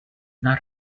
not